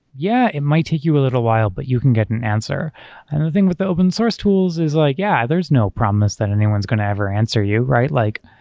yeah, it might take you a little while, but you can get an answer. and a thing with the open source tools is like, yeah, there's no promise that anyone's going to ever answer you. like